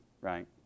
right